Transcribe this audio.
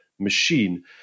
machine